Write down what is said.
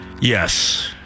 Yes